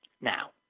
now